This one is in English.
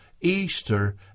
Easter